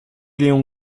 léon